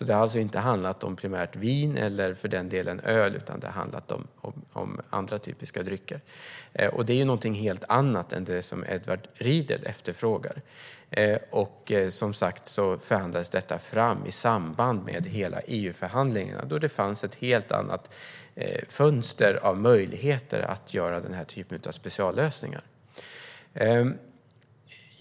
Det har alltså inte primärt handlat om vin eller för den delen öl utan om andra typiska drycker. Det är någonting helt annat än det som Edward Riedl efterfrågar. Detta förhandlades fram i samband med hela EU-förhandlingen då det fanns ett helt annat fönster av möjligheter att göra den här typen av speciallösningar.